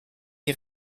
die